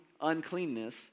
uncleanness